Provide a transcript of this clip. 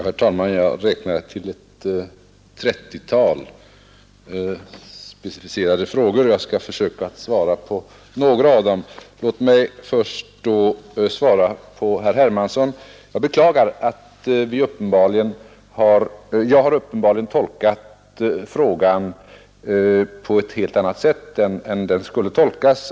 Herr talman! Jag har räknat till ett 30-tal specifika frågor, och jag skall försöka svara på några av dem. Låt mig då först svara herr Hermansson i Stockholm. Jag beklagar att jag uppenbarligen har tolkat frågan på ett helt annat sätt än den skulle tolkas.